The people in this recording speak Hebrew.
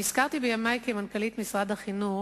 נזכרתי בימי כמנכ"לית משרד החינוך,